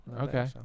Okay